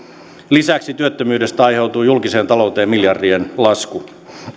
lisäksi työttömyydestä aiheutuu julkiseen talouteen miljardien lasku